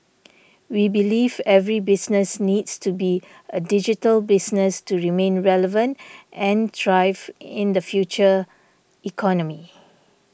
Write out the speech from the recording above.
we believe every business needs to be a digital business to remain relevant and thrive in the future economy